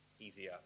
easier